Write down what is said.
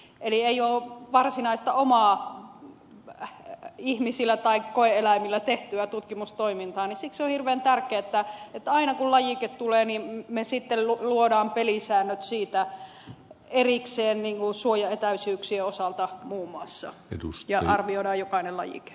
eli ei ole varsinaista omaa ihmisillä tai koe eläimillä tehtyä tutkimustoimintaa ja siksi on hirveän tärkeää että aina kun lajike tulee niin me sitten luomme pelisäännöt siitä erikseen niin kuin suojaetäisyyksien osalta muun muassa ja arvioidaan jokainen lajike